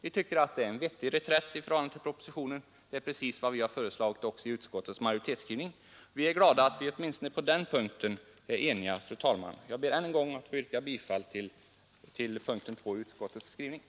Vi tycker att det är en vettig reträtt i förhållande till propositionen. Det är också precis vad vi har föreslagit i utskottets majoritetsskrivning, och vi är glada att vi åtminstone på den punkten är eniga. Fru talman! Jag ber ännu en gång att få yrka bifall till utskottets hemställan under punkten 2.